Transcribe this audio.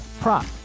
prop